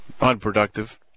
unproductive